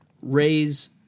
raise